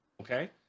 okay